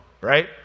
Right